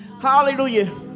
Hallelujah